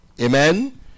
Amen